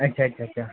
अच्छा अच्छा अच्छा